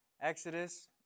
Exodus